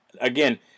again